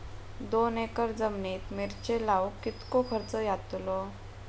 दोन एकर जमिनीत मिरचे लाऊक कितको खर्च यातलो?